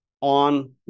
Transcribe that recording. on